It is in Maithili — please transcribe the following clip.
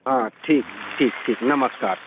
हँ ठीक ठीक ठीक नमस्कार